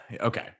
Okay